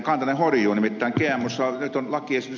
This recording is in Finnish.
nimittäin gmosta nyt on lakiesitys